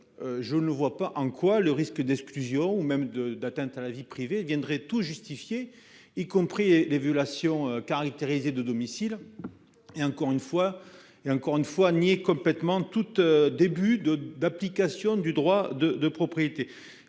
Je ne vois pas en quoi le risque d'exclusion ou même de d'atteinte à la vie privée il viendrait tout justifier, y compris et les violations caractérisées de domicile. Et encore une fois et encore une fois nié complètement toute début de d'application du droit de propriété.